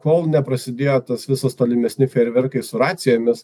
kol neprasidėjo tas visas tolimesni fejerverkai su racijomis